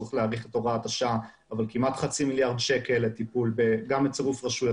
הצורך להאריך את הוראת השעה כמעט 0.5 מיליארד שקל גם לצירוף רשויות